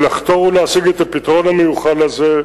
הוא לחתור ולהשיג את הפתרון המיוחל הזה.